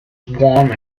warmth